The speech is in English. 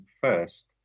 first